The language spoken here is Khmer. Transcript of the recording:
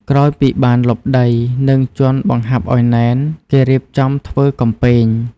ក្រោយពីបានលុបដី និងជាន់បង្ហាប់ឱ្យណែន គេរៀបចំធ្វើកំពែង។